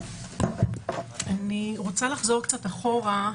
אני רוצה לחזור אחורה.